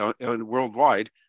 worldwide